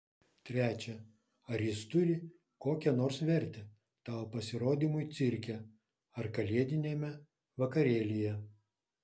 trečia ar jis turi kokią nors vertę tavo pasirodymui cirke ar kalėdiniame vakarėlyje